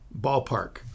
Ballpark